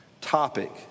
topic